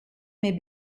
may